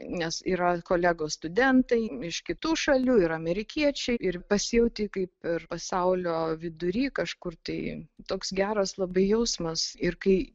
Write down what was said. nes yra kolegos studentai iš kitų šalių ir amerikiečiai ir pasijauti kaip ir pasaulio vidury kažkur tai toks geras labai jausmas ir kai